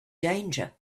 danger